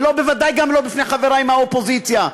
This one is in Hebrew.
ובוודאי גם לא בפני חברי מהאופוזיציה.